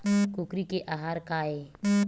कुकरी के आहार काय?